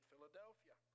Philadelphia